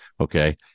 Okay